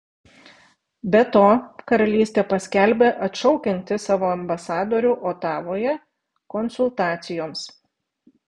be to karalystė paskelbė atšaukianti savo ambasadorių otavoje konsultacijoms